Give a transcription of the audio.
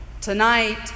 Tonight